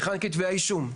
היכן כתבי האישום?